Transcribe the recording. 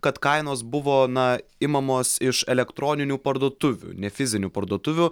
kad kainos buvo na imamos iš elektroninių parduotuvių ne fizinių parduotuvių